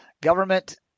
government